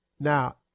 Now